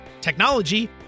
technology